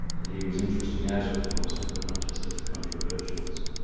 he was interesting as a philosopher not just as a controversialist,